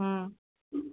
ହଁ